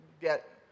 get